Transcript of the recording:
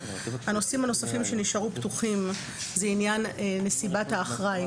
הנושאים הנוספים שנשארו פתוחים זה עניין נסיבת האחראי,